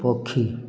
ପକ୍ଷୀ